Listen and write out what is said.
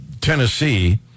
Tennessee